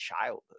childhood